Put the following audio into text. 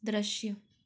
दृश्य